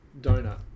donut